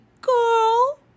girl